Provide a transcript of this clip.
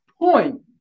point